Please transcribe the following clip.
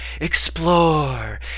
Explore